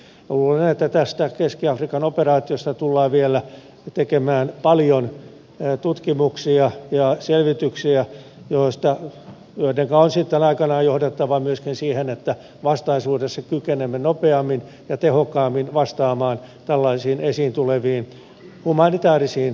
luulen että tästä keski afrikan operaatiosta tullaan vielä tekemään paljon tutkimuksia ja selvityksiä joidenka on sitten aikanaan johdettava myöskin siihen että vastaisuudessa kykenemme nopeammin ja tehokkaammin vastaamaan tällaisiin esiin tuleviin humanitaarisiin tarpeisiin